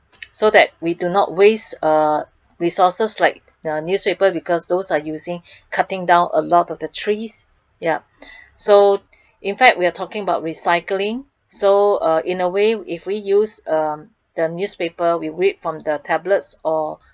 so that we do not waste uh resources like the newspaper because those are using cutting down a lot of the trees ya so in fact we are talking about recycling so uh in a way if we use uh the newspaper we read from the tablets or